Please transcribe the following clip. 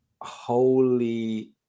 holy